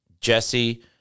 Jesse